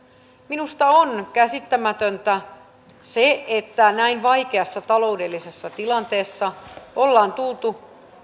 minusta on käsittämätöntä se että näin vaikeassa taloudellisessa tilanteessa ollaan tultu